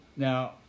Now